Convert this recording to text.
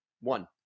one